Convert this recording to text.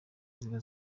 ziba